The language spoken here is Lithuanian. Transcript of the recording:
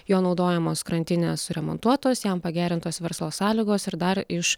jo naudojamos krantinės suremontuotos jam pagerintos verslo sąlygos ir dar iš